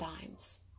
times